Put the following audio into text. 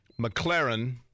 McLaren